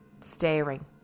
staring